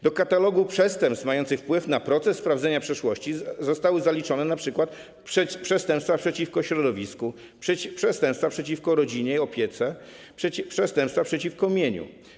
Do katalogu przestępstw mających wpływ na proces sprawdzenia przeszłości zostały zaliczone np. przestępstwa przeciwko środowisku, przestępstwa przeciwko rodzinie i opiece, przestępstwa przeciwko mieniu.